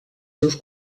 seus